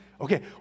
Okay